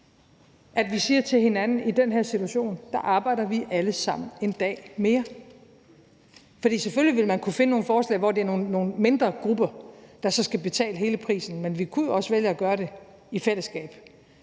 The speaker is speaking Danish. at vi siger til hinanden, at i den her situation arbejder vi alle sammen 1 dag mere. For selvfølgelig vil man kunne finde nogle forslag, hvor det er nogle mindre grupper, der så skal betale hele prisen, men vi kunne jo også vælge at gøre det i fællesskab,